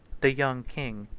the young king,